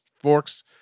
forks